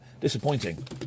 Disappointing